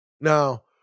now